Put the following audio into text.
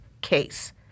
case